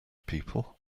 people